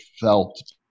felt